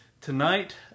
tonight